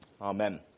Amen